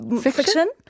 fiction